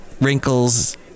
wrinkles